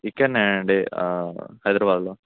ఇక్కడినే అండీ హైదరాబాద్లో